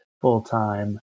full-time